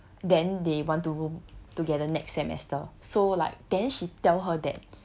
then they want to room together next semester so like then she tell her that